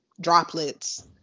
droplets